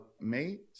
mate